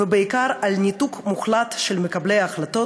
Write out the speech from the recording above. ובעיקר על ניתוק מוחלט של מקבלי ההחלטות